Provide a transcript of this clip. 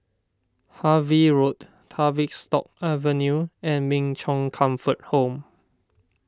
Harvey Road Tavistock Avenue and Min Chong Comfort Home